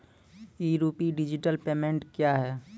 ई RUPI digital payment क्या हैं?